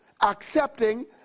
accepting